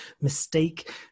mistake